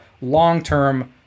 long-term